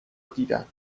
دیدم